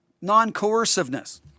non-coerciveness